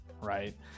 right